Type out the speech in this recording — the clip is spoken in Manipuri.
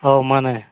ꯑꯣ ꯃꯥꯟꯅꯦ